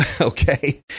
okay